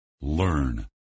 learn